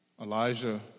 Elijah